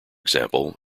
example